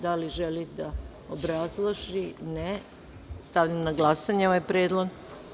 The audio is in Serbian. Da li želi da obrazloži? (Ne) Stavljam na glasanje ovaj predlog.